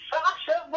Sasha